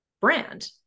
brand